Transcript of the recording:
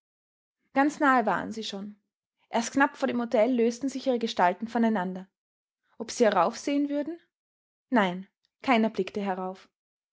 ganz nahe waren sie schon erst knapp vor dem hotel lösten sich ihre gestalten voneinander ob sie heraufsehen würden nein keiner blickte herauf